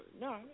No